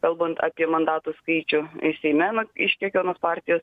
kalbant apie mandatų skaičių ir seime nu iš kiekvienos partijos